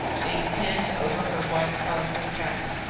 being pinned over her white calico cap.